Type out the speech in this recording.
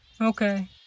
Okay